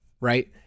right